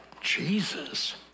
Jesus